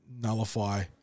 nullify